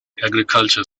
agricultural